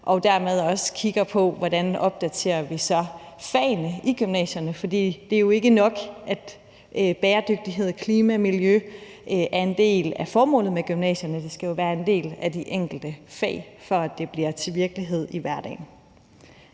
og dermed også kigge på, hvordan vi så opdaterer fagene i gymnasierne. For det er jo ikke nok, at bæredygtighed, klima og miljø er en del af formålet med gymnasierne; det skal jo være en del af de enkelte fag, for at det bliver til virkelighed i hverdagen.